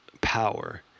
power